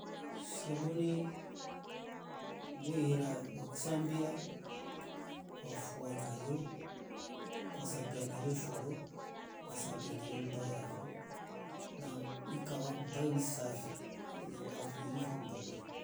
Sabuni weira kwa kusambia kwa fua nayo kwasambia nayo shoro kwa sambia nayo mba yafo ikafa ambayo ni safi iwa viwili fo mba kwafo.